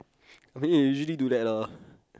I mean you usually do that lah